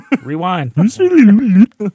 rewind